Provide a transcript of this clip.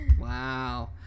Wow